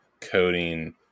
coding